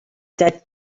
did